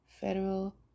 Federal